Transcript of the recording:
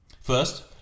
First